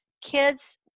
kids